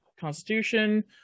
constitution